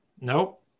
nope